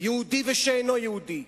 יהודי ושאינו יהודי,